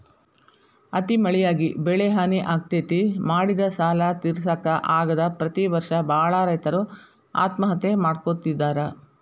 ಅತಿ ಮಳಿಯಾಗಿ ಬೆಳಿಹಾನಿ ಆಗ್ತೇತಿ, ಮಾಡಿದ ಸಾಲಾ ತಿರ್ಸಾಕ ಆಗದ ಪ್ರತಿ ವರ್ಷ ಬಾಳ ರೈತರು ಆತ್ಮಹತ್ಯೆ ಮಾಡ್ಕೋತಿದಾರ